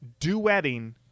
duetting